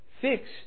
Fix